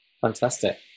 Fantastic